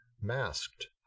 masked